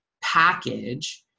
package